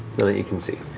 that you can see.